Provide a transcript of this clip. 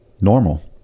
normal